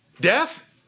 Death